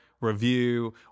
review